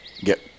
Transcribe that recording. get